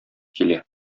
килә